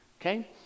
Okay